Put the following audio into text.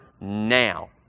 now